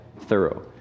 thorough